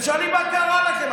הם שואלים מה קרה לכם.